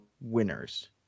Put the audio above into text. winners